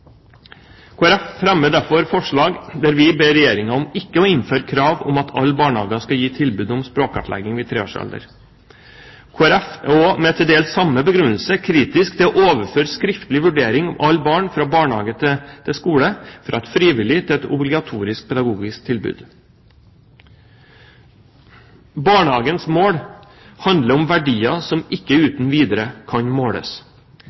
Folkeparti fremmer derfor et forslag der vi ber Regjeringen ikke innføre krav om at alle barnehager skal gi tilbud om språkkartlegging i treårsalderen. Kristelig Folkeparti er også, til dels med samme begrunnelse, kritisk til å overføre skriftlig vurdering av alle barn fra barnehage til skole, fra et frivillig til et obligatorisk pedagogisk tilbud. Barnehagens mål handler om verdier som ikke uten videre kan måles.